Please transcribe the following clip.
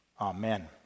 Amen